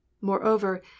moreover